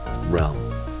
realm